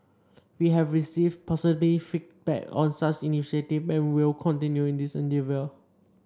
we have received positive feedback on such initiative and will continue in this endeavour